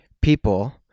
people